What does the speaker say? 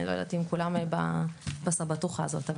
אני לא יודעת אם כולם בסבטוחה הזאת,